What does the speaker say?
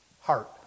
Heart